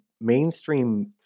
mainstream